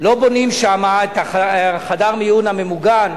לא בונים שם את חדר המיון הממוגן,